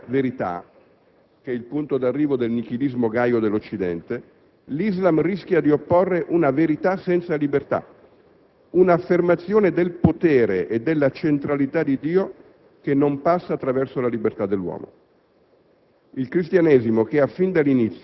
A questa libertà senza verità, che è il punto di arrivo del nichilismo gaio dell'Occidente, l'Islam rischia di opporre una verità senza libertà, un'affermazione del potere e della centralità di Dio che non passa attraverso la libertà dell'uomo.